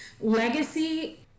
legacy